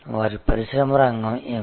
వారి పరిశ్రమ రంగం ఏమిటి